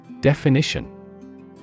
Definition